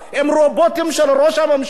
הם רובוטים של ראש הממשלה,